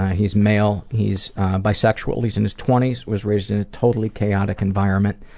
he's male, he's bisexual, he's in his twenty s, was raised in a totally chaotic environment.